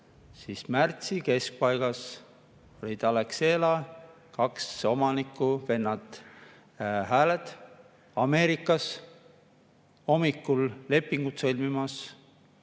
hind. Märtsi keskpaigas olid Alexela kaks omanikku, vennad Hääled Ameerikas hommikul lepingut sõlmimas,